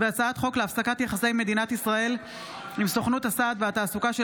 הצעת חוק להפסקת יחסי מדינת ישראל עם סוכנות הסעד והתעסוקה של